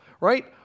Right